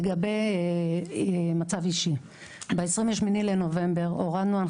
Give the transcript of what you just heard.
לגבי מצב אישי - ב-28 בנובמבר הורדנו במפורש